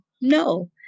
No